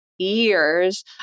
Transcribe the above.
Years